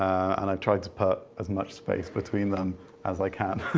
and i tried to put as much space between them as i can.